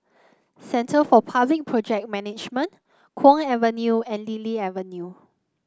Centre for Public Project Management Kwong Avenue and Lily Avenue